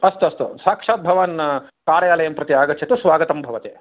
अस्तु अस्तु साक्षात् भवान् कार्यालयं प्रति आगच्छतु स्वागतं भवति